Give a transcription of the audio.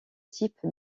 types